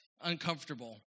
uncomfortable